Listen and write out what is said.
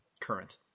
current